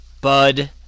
bud